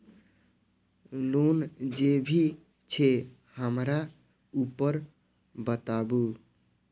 Loan जे भी छे हमरा ऊपर बताबू?